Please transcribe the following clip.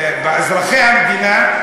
אזרחי המדינה,